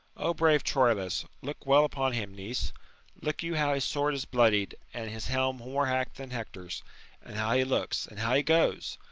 o brave troilus! look well upon him, niece look you how his sword is bloodied, and his helm more hack'd than hector's and how he looks, and how he goes!